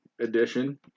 edition